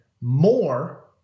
more